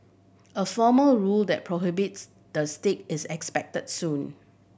a formal rule that prohibits the stick is expected soon